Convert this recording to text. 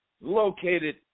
located